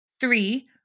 Three